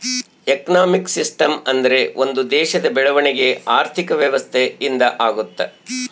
economic system ಅಂದ್ರೆ ಒಂದ್ ದೇಶದ ಬೆಳವಣಿಗೆ ಆರ್ಥಿಕ ವ್ಯವಸ್ಥೆ ಇಂದ ಆಗುತ್ತ